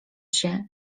się